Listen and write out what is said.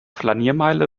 flaniermeile